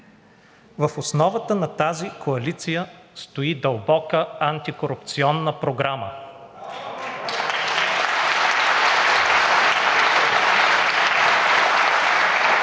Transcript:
В основата на тази коалиция стои дълбока антикорупционна програма.